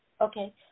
Okay